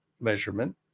measurement